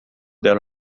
del